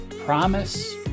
promise